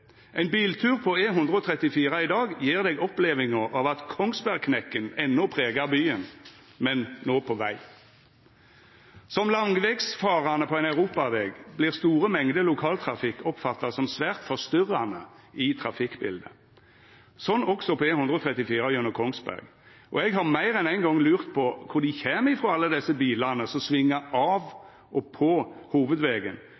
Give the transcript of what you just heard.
Ein biltur på E134 i dag gjev deg opplevinga av at Kongsbergknekken enno pregar byen, men no på vegen. Som langvegsfarande på ein europaveg vert store mengder lokaltrafikk oppfatta som svært forstyrrande i trafikkbildet. Sånn er det også på E134 gjennom Kongsberg. Og eg har meir enn ein gong lurt på kvar dei kjem frå, alle desse bilane som svingar